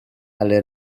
alle